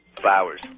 Flowers